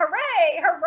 hooray